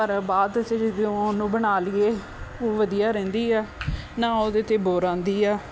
ਪਰ ਬਾਅਦ 'ਚ ਜਦੋਂ ਉਹਨੂੰ ਬਣਾ ਲਈਏ ਉਹ ਵਧੀਆ ਰਹਿੰਦੀ ਆ ਨਾ ਉਹਦੇ 'ਤੇ ਬੁਰ ਆਉਂਦੀ ਆ